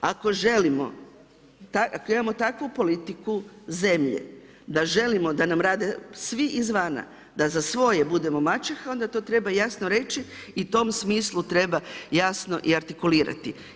Ako želimo, ako imamo takvu politiku zemlje da želimo da nam rade svi izvana, da za svoje budemo maćeha, onda to treba jasno reći i tom smislu treba jasno i artikulirati.